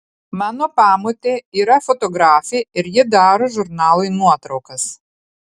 mano pamotė yra fotografė ir ji daro žurnalui nuotraukas